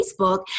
facebook